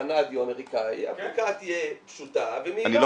אם הוא תאגיד בורסאי קנדי או אמריקאי הבדיקה תהיה פשוטה ומהירה,